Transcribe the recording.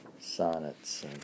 sonnets